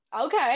okay